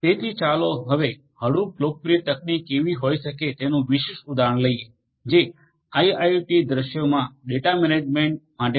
તેથી ચાલો હવે હડુપ લોકપ્રિય તકનીકી કેવી હોઈ શકે તેનું વિશિષ્ટ ઉદાહરણ લઈએ જે આઇઆઇઓટી દૃશ્યોમાં ડેટા મેનેજમેન્ટ માટે વપરાય છે